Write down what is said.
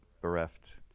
bereft